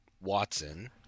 Watson